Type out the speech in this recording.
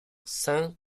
saint